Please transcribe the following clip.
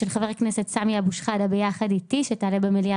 של חבר הכנסת סמי אבו שחאדה ביחד איתי שתעלה במליאה